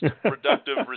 productive